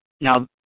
now